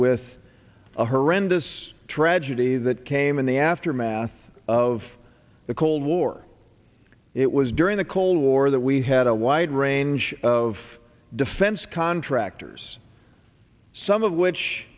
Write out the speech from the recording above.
with a horrendous tragedy that came in the aftermath of the cold war it was during the cold war that we had a wide range of defense contractors some of which